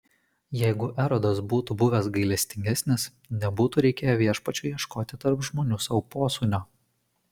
jeigu erodas būtų buvęs gailestingesnis nebūtų reikėję viešpačiui ieškoti tarp žmonių sau posūnio